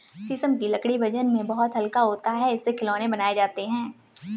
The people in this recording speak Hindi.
शीशम की लकड़ी वजन में बहुत हल्का होता है इससे खिलौने बनाये जाते है